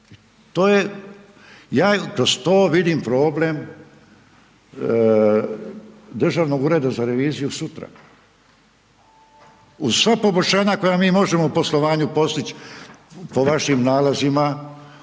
ja kroz to vidim problem, Državnog ureda za reviziju sutra. Uz sva poboljšanja, koja mi možemo u poslovanju postići, po vašim nalozima,